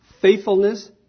faithfulness